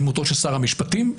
בדמותו של שר המשפטים.